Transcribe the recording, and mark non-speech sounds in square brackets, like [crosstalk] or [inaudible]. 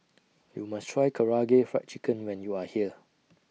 [noise] YOU must Try Karaage Fried Chicken when YOU Are here